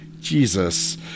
Jesus